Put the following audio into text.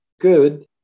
good